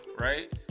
right